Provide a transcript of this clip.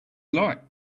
like